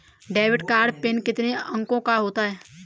Debit card PIN कितने अंकों का होता है?